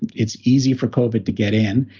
it's easy for covid to get in.